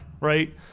Right